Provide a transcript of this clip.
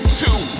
two